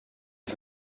ich